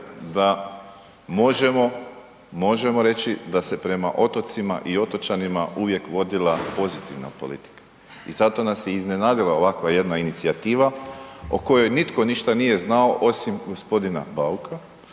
možemo reći da se prema otocima i otočanima uvijek vodila pozitivna politika i zato nas je i iznenadila ovakva jedna inicijativa o kojoj nitko ništa nije znao osim g. Bauka,